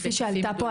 כפי שנטען פה,